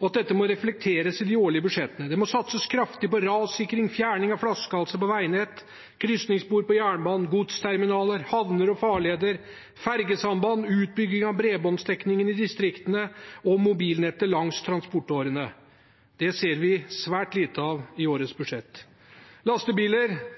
og at dette må reflekteres i de årlige budsjettene. Det må satses kraftig på rassikring, fjerning av flaskehalser på veinett, krysningsspor på jernbanen, godsterminaler, havner og farleder, fergesamband, utbygging av bredbåndsdekningen i distriktene og mobilnettet langs transportårene. Det ser vi svært lite av i årets budsjett. Lastebiler